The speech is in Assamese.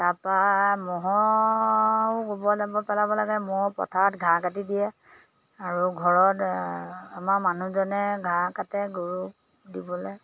তাপা ম'হৰ গোবৰ জাবৰ পেলাব লাগে ম'হ পথাৰত ঘাঁহ কাটি দিয়ে আৰু ঘৰত আমাৰ মানুহজনে ঘাঁহ কাটে গৰুক দিবলে